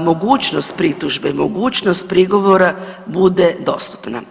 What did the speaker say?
mogućnost pritužbe, mogućnost prigovora bude dostupna.